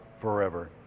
forever